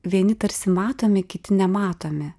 vieni tarsi matomi kiti nematomi